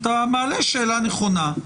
אתה מעלה שאלה נכונה,